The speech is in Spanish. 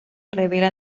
revela